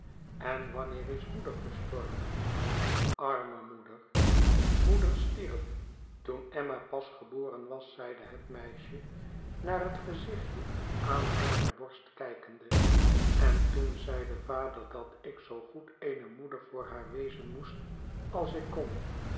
alleen met die kinderen charley zeide mijn voogd ja mijntoen emma pas geboren was zeide het meisje naar het gezichtje aan hare borst kijkende en toen zeide vader dat ik zoo goed eene moeder voor haar wezen moest als ik kon